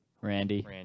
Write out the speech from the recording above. Randy